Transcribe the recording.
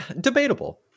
Debatable